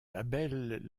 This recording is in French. labels